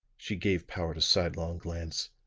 she gave powart a sidelong glance.